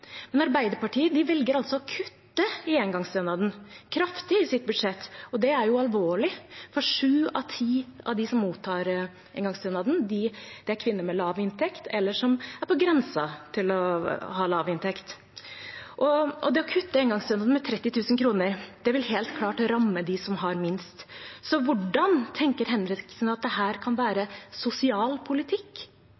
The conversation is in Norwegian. Men Arbeiderpartiet velger altså å kutte i engangsstønaden – kraftig – i sitt budsjett, og det er alvorlig, for sju av ti av dem som mottar engangsstønad, er kvinner med lav inntekt eller på grensen til å ha lav inntekt. Det å kutte engangsstønaden med 30 000 kr vil helt klart ramme dem som har minst. Så hvordan tenker Henriksen at dette kan være